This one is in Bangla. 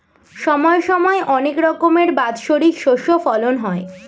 সময় সময় অনেক রকমের বাৎসরিক শস্য ফলন হয়